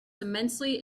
immensely